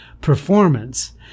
performance